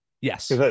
Yes